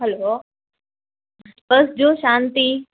hello બસ જો શાંતિ